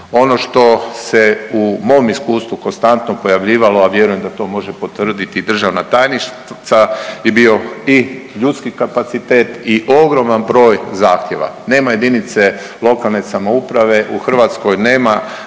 Ono što se u mom iskustvu konstantno pojavljivalo, a vjerujem da to može potvrditi i državna tajnica je bio i ljudski kapacitet i ogroman broj zahtjeva. Nema jedinice lokalne samouprave u Hrvatskoj, nema